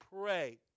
pray